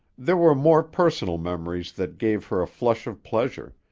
there were more personal memories that gave her a flush of pleasure,